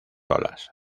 olas